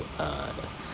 uh